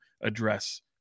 address